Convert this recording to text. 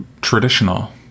traditional